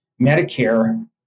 Medicare